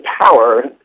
power